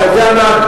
אתה יודע מה?